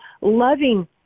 loving